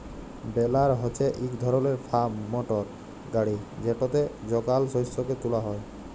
বেলার হছে ইক ধরলের ফার্ম মটর গাড়ি যেটতে যগাল শস্যকে তুলা হ্যয়